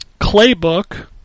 Claybook